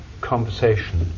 conversation